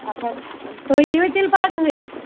اَچھا تُہۍ ییٖو تیٚلہِ پَگہٕے